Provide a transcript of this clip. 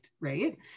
right